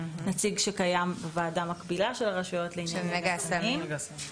זה נציג שקיים בוועדה מקבילה של הרשויות לעניין נגע הסמים.